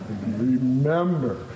Remember